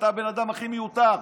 אתה הבן אדם הכי מיותר.